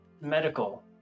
medical